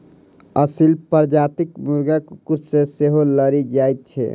असील प्रजातिक मुर्गा कुकुर सॅ सेहो लड़ि जाइत छै